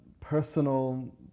personal